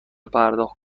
پرداخت